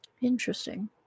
Interesting